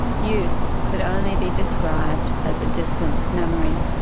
youth could only be described as a distant memory.